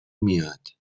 میاد